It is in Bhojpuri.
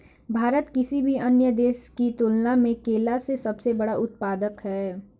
भारत किसी भी अन्य देश की तुलना में केला के सबसे बड़ा उत्पादक ह